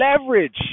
leverage